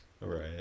Right